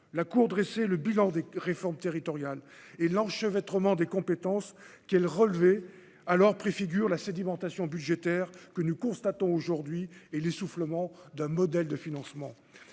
la Cour dresser le bilan des réformes territoriales et l'enchevêtre ment des compétences qu'elle relevé alors préfigure la sédimentation budgétaire que nous constatons aujourd'hui et l'essoufflement d'un modèle de financement,